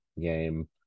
game